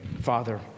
Father